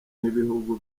n’ibihugu